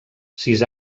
sis